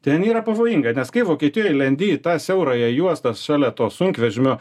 ten yra pavojinga nes kaip vokietijoj lendi į tą siaurąją juostą šalia to sunkvežimio